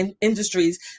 industries